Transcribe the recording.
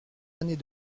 années